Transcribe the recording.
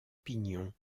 pignon